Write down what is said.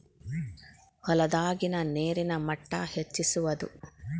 ಹೊಲದಾಗಿನ ನೇರಿನ ಮಟ್ಟಾ ಹೆಚ್ಚಿಸುವದು